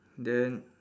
then